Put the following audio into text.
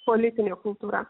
politinė kultūra